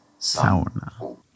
Sauna